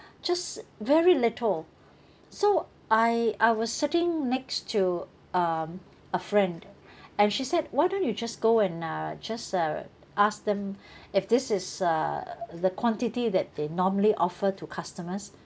just very little so I I was sitting next to um a friend and she said why don't you just go and uh just uh ask them if this is uh the quantity that they normally offer to customers